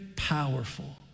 Powerful